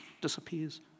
disappears